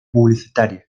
publicitaria